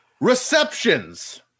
receptions